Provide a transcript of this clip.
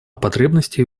потребностей